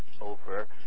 over